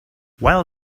well